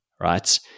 right